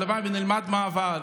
הלוואי שנלמד מהעבר,